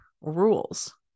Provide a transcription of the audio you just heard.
rules